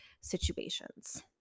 situations